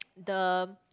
the